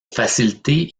faciliter